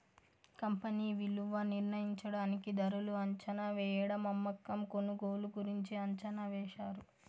company విలువ నిర్ణయించడానికి ధరలు అంచనావేయడం అమ్మకం కొనుగోలు గురించి అంచనా వేశారు